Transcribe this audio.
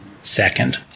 second